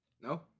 no